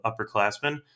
upperclassmen